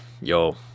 yo